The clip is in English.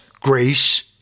grace